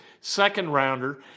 second-rounder